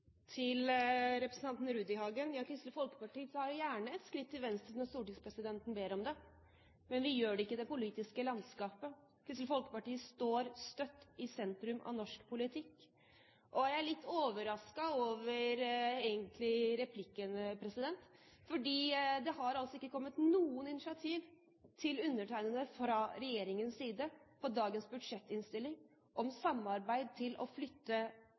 Til representanten Rudihagen: Kristelig Folkeparti tar gjerne et skritt til venstre når stortingspresidenten ber om det – men vi gjør det ikke i det politiske landskapet! Kristelig Folkeparti står støtt i sentrum av norsk politikk. Jeg er egentlig litt overrasket over replikken, for det har ikke kommet noe initiativ til undertegnede fra regjeringens side når det gjelder dagens budsjettinnstilling, om samarbeid om å flytte